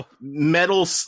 metal